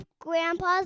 Grandpa's